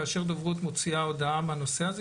כאשר דוברות מוציאה הודעה בנושא הזה,